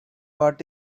what